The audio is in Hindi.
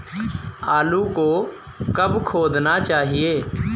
आलू को कब खोदना चाहिए?